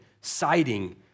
siding